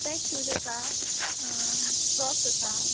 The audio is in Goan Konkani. पेक शूज आसा बोक्स आसा